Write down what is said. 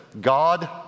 God